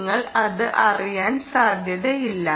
നിങ്ങൾ അത് അറിയാൻ സാധ്യതയില്ല